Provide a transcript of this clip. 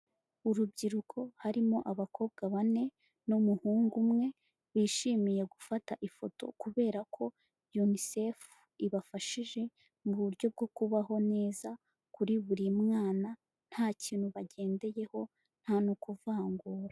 Urubyiruko harimo abakobwa bane n'umuhungu umwe, bishimiye gufata ifoto kubera ko UNICEF ibafashije mu buryo bwo kubaho neza kuri buri mwana nta kintu bagendeyeho nta no kuvangura.